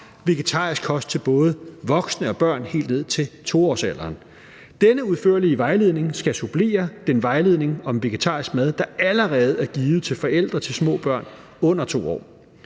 vegetarisk kost til både voksne og børn helt ned til 2-årsalderen. Denne udførlige vejledning skal supplere den vejledning om vegetarisk mad, der allerede er givet til forældre til små børn under 2 år.